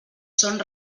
són